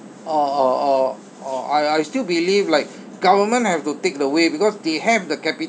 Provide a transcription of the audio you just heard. uh uh uh uh I I still believe like government have to take the way because they have the capi~